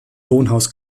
wohnhaus